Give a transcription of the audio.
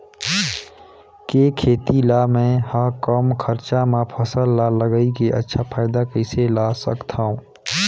के खेती ला मै ह कम खरचा मा फसल ला लगई के अच्छा फायदा कइसे ला सकथव?